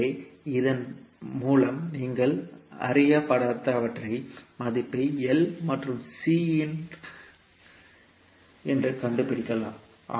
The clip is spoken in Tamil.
எனவே இதன் மூலம் நீங்கள் அறியப்படாதவற்றின் மதிப்பை L மற்றும் C என்று கண்டுபிடிக்கலாம்